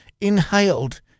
inhaled